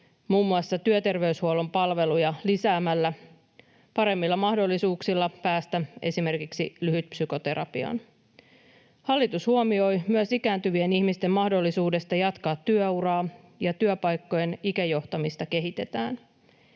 muun muassa työterveyshuollon palveluja lisäämällä, paremmilla mahdollisuuksilla päästä esimerkiksi lyhytpsykoterapiaan. Hallitus huomioi myös ikääntyvien ihmisten mahdollisuuden jatkaa työuraa, ja työpaikkojen ikäjohtamista kehitetään.